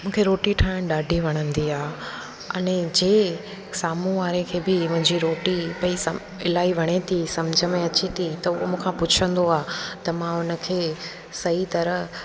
मूंखे रोटी ठाहिणु ॾाढी वणंदी आहे अने जीअं साम्हूं वारे खे बि मुंहिंजी रोटी भई इलाही वणे थी सम्झ में अचे थी त उहा मूंखां पुछंदो आहे त मां उन खे सही तरह